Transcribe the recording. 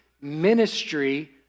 ministry